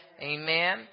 Amen